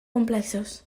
complexos